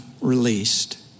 released